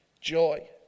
joy